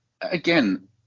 again